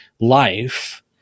life